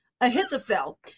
Ahithophel